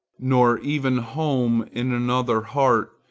nor even home in another heart,